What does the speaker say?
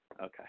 Okay